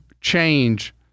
change